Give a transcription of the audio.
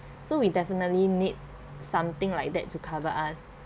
so we definitely need something like that to cover us